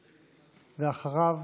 ואחריו,